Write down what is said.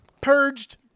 Purged